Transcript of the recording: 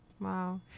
Wow